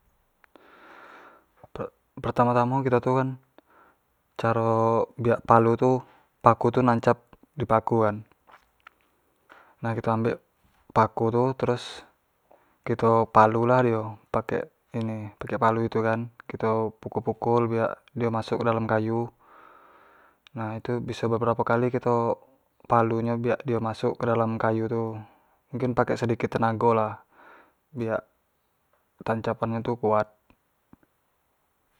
per tamo tamo kito tu kan caro biak palu tu paku tu nancap di paku kan nah kito ambek paku terus kito palu lah dio pake ini pake palu itu kan, kito pukul pukul biak masuk ke dalam kayu nah itu biso beberapo kali kito palu nyo tu biak dio masuk ke dalam kayu tu, mungkin pake sedikit tenago lah biak tancapan nyo tu kuat.